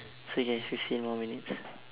it's okay fifteen more minutes